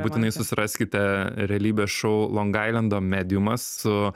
būtinai susiraskite realybės šou longailendo mediumas su